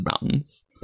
Mountains